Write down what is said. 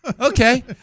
okay